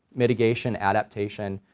mitigation, adaptation,